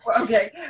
Okay